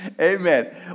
Amen